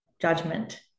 judgment